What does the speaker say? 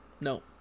No